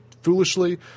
foolishly